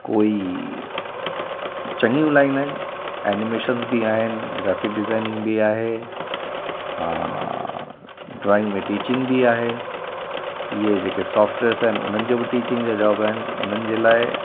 कोई चङियूं लाईन आहिनि एनीमेशन्स बि आहिनि ग्राफ़िक डिज़ाईनिंग बि आहे ड्रॉईंग में टीचींग बि आहे इहे जेके सॉफ़्टवेअर्स आहिनि उन्हनि जो बि टीचींग जो जॉब आहिनि उन्हनि जे लाइ